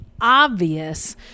obvious